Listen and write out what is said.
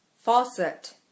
Faucet